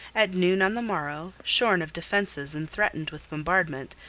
at noon on the morrow, shorn of defences and threatened with bombardment,